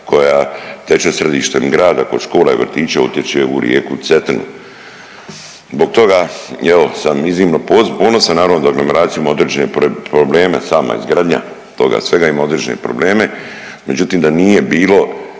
koja teče središtem grada, kod škola i vrtića utječe u rijeku Cetinu. Zbog toga evo sam iznimno ponosan, naravno da aglomeracijom određene probleme, sama izgradnja toga svega ima određene probleme, međutim da nije bilo